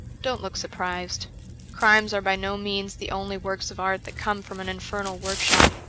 don't look surprised crimes are by no means the only works of art that come from an infernal workshop.